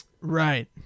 Right